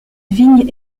vignes